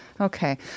Okay